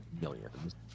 millions